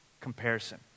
Comparison